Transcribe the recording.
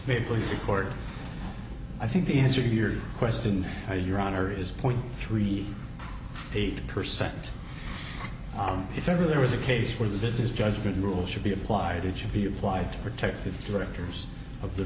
fully support i think the answer your question or your honor is point three eight percent if ever there was a case where the business judgment rule should be applied it should be applied to protect its directors of the